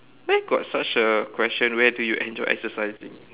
where got such a question where do you enjoy exercising